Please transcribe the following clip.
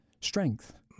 strength